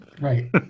Right